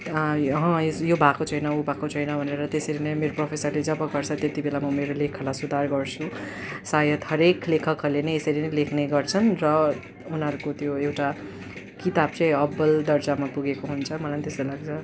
अहँ यो भएको छैन ऊ भएको छैन भनेर त्यसरी नै मेरो प्रोफेसरले जब गर्छ त्यति बेला म मेरा लेखहरूलाई सुधार गर्छु सायद हरेक लेखकहरूले नै यसरी नै लेख्ने गर्छन् र उनीहरूको त्यो एउटा किताब चाहिँ अब्बल दर्जामा पुगेको हुन्छ मलाई पनि त्यस्तो लाग्छ